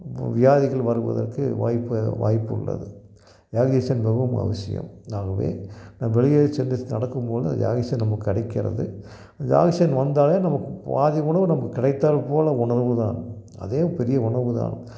வியாதிகள் வருவதற்கு வாய்ப்பு வாய்ப்பு உள்ளது ஏர்கேஷன் மிகவும் அவசியம் ஆகவே வெளியே சென்று ஸ் நடக்கும்பொழுது அந்த ஏர்கேஷன் நமக்கு கிடைக்கிறது அந்த ஏர்கேஷன் வந்தாலே நமக்குப் பாதி உணவு நமக்குக் கிடைத்தால் போல உணவு தான் அதே பெரிய உணவு தான்